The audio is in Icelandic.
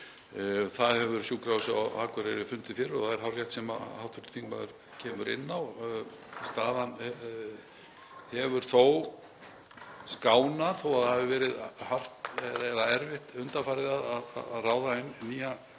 Því hefur Sjúkrahúsið á Akureyri fundið fyrir og það er hárrétt sem hv. þingmaður kemur inn á. Staðan hefur þó skánað, þó að það hafi verið erfitt undanfarið að ráða inn nýja